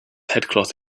headcloth